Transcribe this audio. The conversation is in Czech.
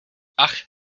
ach